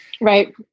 Right